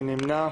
מי נמנע?